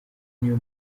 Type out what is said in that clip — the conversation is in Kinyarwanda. niyo